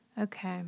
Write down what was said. okay